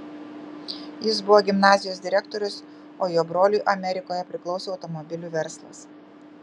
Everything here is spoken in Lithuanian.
jis buvo gimnazijos direktorius o jo broliui amerikoje priklausė automobilių verslas